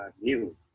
new